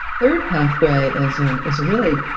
third pathway is ah is a really